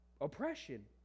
oppression